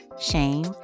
shame